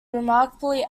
remarkably